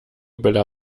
bella